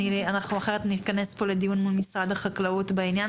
אחרת נתכנס כאן לדיון מול משרד החקלאות בעניין